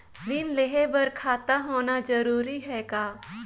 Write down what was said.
ऋण लेहे बर खाता होना जरूरी ह का?